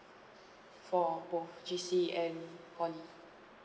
for both J_C and poly